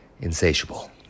insatiable